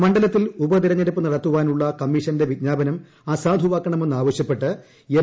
മണ്ഡലത്തിൽ ഉപതെരഞ്ഞെടുപ്പ് നടത്തുവാനുള്ള കമ്മീഷന്റെ വിജ്ഞാപനം അസാധുവാക്കണമെന്ന് ആവ്യശ്യപ്പെട്ട് എം